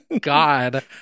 God